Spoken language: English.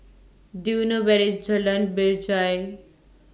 Do YOU know Where IS Jalan Binjai